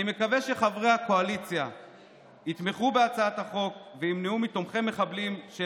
אני מקווה שחברי הקואליציה יתמכו בהצעת החוק וימנעו מתומכי מחבלים של